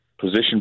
position